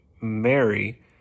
Mary